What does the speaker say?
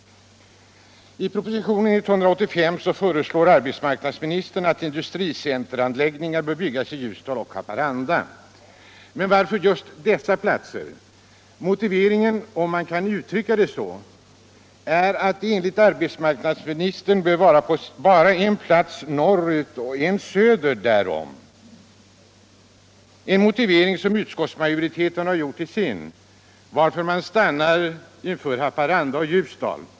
I propositionen 185 föreslår arbetsmarknadsministern att industricenteranläggningar skall byggas i Ljusdal och Haparanda. Men varför just dessa platser? Motiveringen, om man kan uttrycka det så, är att det enligt arbetsmarknadsministern bör vara en plats norrut och en söder därom. Det är en motivering som utskottsmajoriteten har gjort till sin, varför man stannar inför Haparanda och Ljusdal.